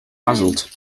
puzzled